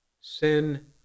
sin